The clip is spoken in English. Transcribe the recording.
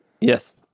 Yes